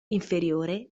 inferiore